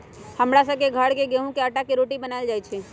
हमरा सभ के घर में गेहूम के अटा के रोटि बनाएल जाय छै